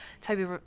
toby